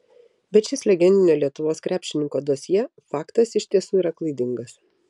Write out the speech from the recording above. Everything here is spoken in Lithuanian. bet šis legendinio lietuvos krepšininko dosjė faktas iš tiesų yra klaidingas